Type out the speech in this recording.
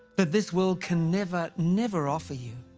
that this world can never, never offer you.